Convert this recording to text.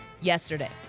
yesterday